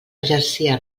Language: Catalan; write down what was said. exercia